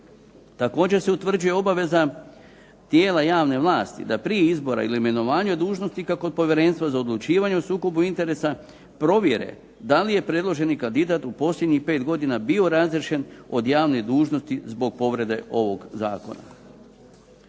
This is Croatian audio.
Također se utvrđuje obaveza dijela javne vlasti da prije izbora ili imenovanja dužnosnika kod Povjerenstva za odlučivanje o sukobu interesa provjere da li predloženi kandidat u posljednjih pet godina bio razriješen od javne dužnosti zbog povrede ovog zakona.